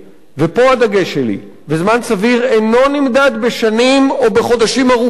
ופה הדגש שלי: זמן סביר אינו נמדד בשנים או בחודשים ארוכים,